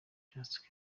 just